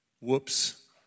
Whoops